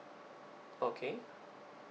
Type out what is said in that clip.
okay